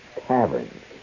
taverns